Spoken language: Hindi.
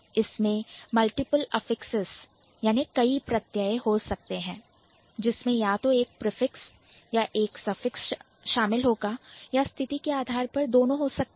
इसमें multiple affixes मल्टीपल ऑफिक्सिसेस कई प्रत्यय हो सकते हैं जिसमें या तो एक prefix प्रीफिक्स उपसर्ग या एक suffix सफिक्स प्रत्यय शामिल होगा या स्थिति के आधार पर दोनों हो सकते हैं